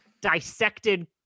dissected